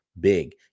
big